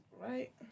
right